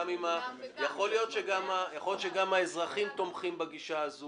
יכול להיות שגם הרבה אזרחים תומכים בגישה הזו.